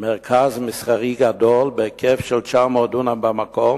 מרכז מסחרי גדול בהיקף של 900 דונם במקום,